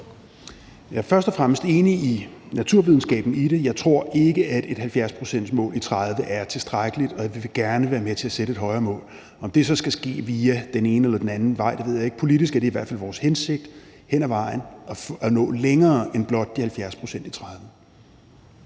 Jeg er først og fremmest enig med naturvidenskaben i det. Jeg tror ikke, at et 70-procentsmål i 2030 er tilstrækkeligt, og vi vil gerne være med til at sætte et højere mål. Om det så skal ske via den ene eller den anden vej, ved jeg ikke. Politisk er det i hvert fald vores hensigt hen ad vejen at nå længere end blot de 70 pct.